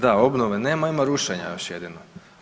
Da, obnove nema, ima rušenja još jedino.